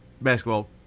basketball